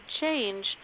change